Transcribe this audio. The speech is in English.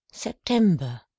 September